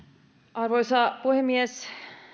arvoisa puhemies